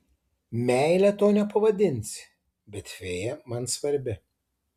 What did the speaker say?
meile to nepavadinsi bet fėja man svarbi